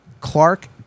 Clark